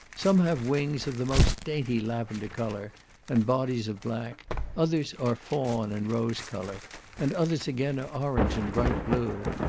some have wings of the most dainty lavender colour and bodies of black others are fawn and rose colour and others again are orange and bright blue.